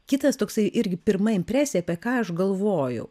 kitas toksai irgi pirma impresija apie ką aš galvojau